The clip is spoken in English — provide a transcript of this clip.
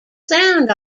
sound